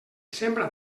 sembra